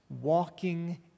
walking